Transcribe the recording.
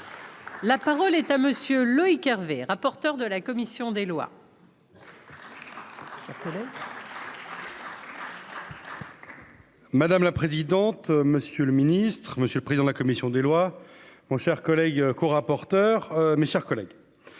La parole est à monsieur Loïc Hervé, rapporteur de la commission des lois. Madame la présidente, monsieur le Ministre, Monsieur le président de la commission des lois, mon cher collègue, co-rapporteur, mes chers collègues,